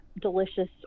delicious